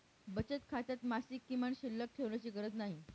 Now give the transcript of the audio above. बचत खात्यात मासिक किमान शिल्लक ठेवण्याची गरज नाही